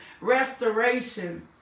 restoration